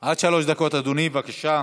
עד שלוש דקות, אדוני, בבקשה.